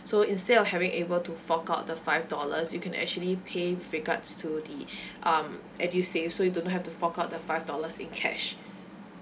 so instead of having able to fork out the five dollars you can actually pay regards to the um edusave so you don't have to fork out the five dollars in cash